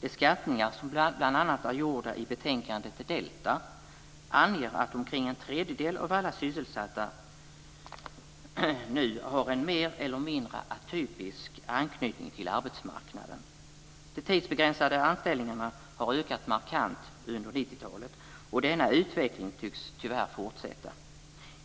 De skattningar som bl.a. är gjorda i betänkandet DELTA anger att omkring en tredjedel av alla sysselsatta nu har en mer eller mindre "atypisk" anknytning till arbetsmarknaden. De tidsbegränsade anställningarna har ökat markant under 90-talet, och denna utveckling tycks tyvärr fortsätta.